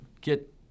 get